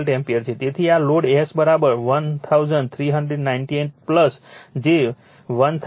તેથી આ load S 1398 j 1113 volt ampere લખી શકે છે